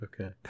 Okay